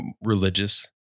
religious